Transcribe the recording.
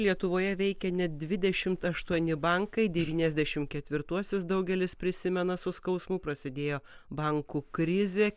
lietuvoje veikia net dvidešimt aštuoni bankai devyniasdešim ketvirtuosius daugelis prisimena su skausmu prasidėjo bankų krizė